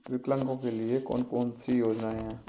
विकलांगों के लिए कौन कौनसी योजना है?